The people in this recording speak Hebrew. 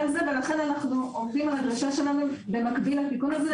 ולכן אנחנו עומדים על הדרישה שלנו במקביל לתיקון הזה,